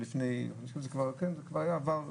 זה כבר לא מתאים להיום,